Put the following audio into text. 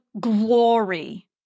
glory